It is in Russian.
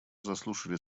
заслушали